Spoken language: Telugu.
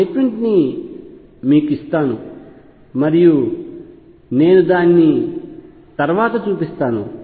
ఆ స్టేట్ మెంట్ ని మీకు ఇస్తాను మరియు నేను దానిని తర్వాత చూపిస్తాను